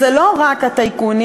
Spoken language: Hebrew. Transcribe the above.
זה לא רק הטייקונים,